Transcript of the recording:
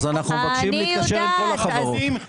אנחנו מבקשים להתקשר עם כל החברות.